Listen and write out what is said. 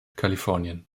kalifornien